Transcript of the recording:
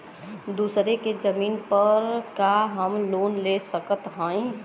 दूसरे के जमीन पर का हम लोन ले सकत हई?